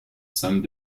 some